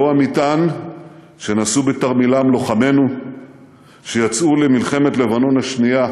זהו מטען שנשאו בתרמילם לוחמינו שיצאו למלחמת לבנון השנייה